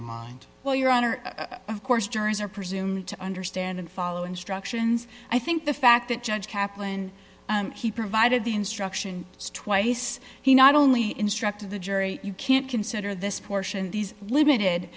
of mind well your honor of course jurors are presumed to understand and follow instructions i think the fact that judge kaplan he provided the instruction twice he not only instructed the jury you can't consider this portion these limited